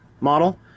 model